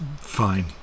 fine